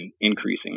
increasing